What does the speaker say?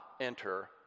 enter